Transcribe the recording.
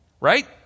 right